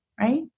right